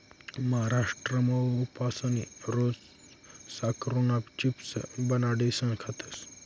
महाराष्ट्रमा उपासनी रोज साकरुना चिप्स बनाडीसन खातस